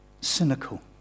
cynical